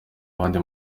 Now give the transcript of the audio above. abandi